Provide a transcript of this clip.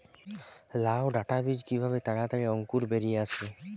লাউ ডাটা বীজ কিভাবে তাড়াতাড়ি অঙ্কুর বেরিয়ে আসবে?